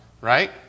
right